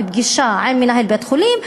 בפגישה עם מנהל בית-חולים,